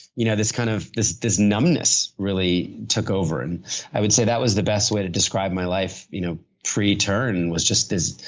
you know this kind of this numbness really took over and i would say that was the best way to describe my life you know pre turn, was just this.